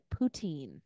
poutine